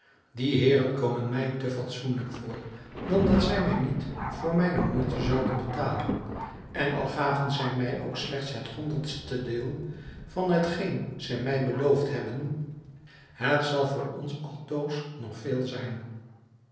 die heeren komen mij te fatsoenlijk voor dan dat zij mij niet voor mijne moeite zouden betalen en al gaven zij mij ook slechts het honderdste deel van hetgeen zij mij beloofd hebben het zal voor mij altoos nog veel zijn